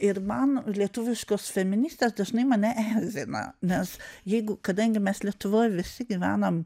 ir man lietuviškos feministės dažnai mane erzina nes jeigu kadangi mes lietuvoj visi gyvenam